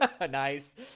Nice